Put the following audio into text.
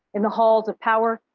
in the halls of power,